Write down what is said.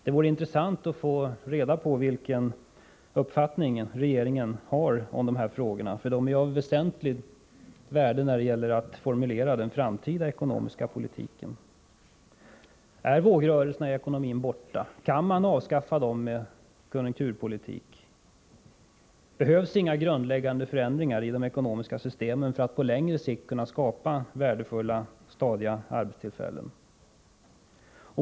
Det vore intressant att få reda på vilken uppfattning regeringen har om dessa frågor. De är av väsentligt värde när det gäller att formulera den framtida ekonomiska politiken. Är vågrörelserna i ekonomin borta? Kan man avskaffa dem med konjunkturpolitik? Behövs inga grundläggande förändringar i de ekonomiska systemen för att på längre sikt kunna skapa värdefulla, stadiga arbetstillfällen?